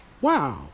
Wow